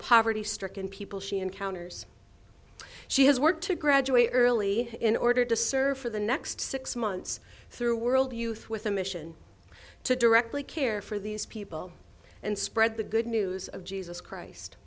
poverty stricken people she encounters she has worked to graduate early in order to serve for the next six months through world youth with a mission to directly care for these people and spread the good news of jesus christ